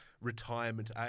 retirement